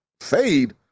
Fade